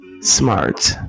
smart